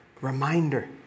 Reminder